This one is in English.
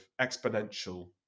exponential